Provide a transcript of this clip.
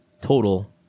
total